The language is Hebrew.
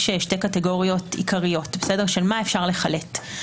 יש שתי קטגוריות עיקריות של מה אפשר לחלט.